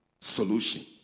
solution